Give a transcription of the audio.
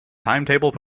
timetable